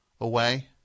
Away